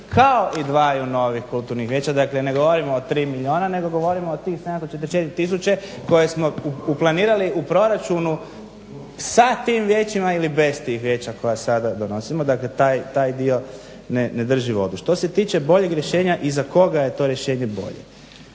kao i dvaju novih kulturnih vijeća". Dakle ne govorimo o 3 milijuna nego govorimo o tih 744 tisuće koje smo uplanirali u tom proračunu sa tim vijećima ili bez tih vijeća koja sada donosimo, dakle taj dio ne drži vodu. Što se tiče boljeg rješenja i za koga je to rješenje bolje?